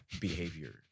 behavior